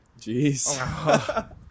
Jeez